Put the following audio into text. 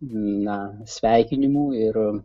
na sveikinimų ir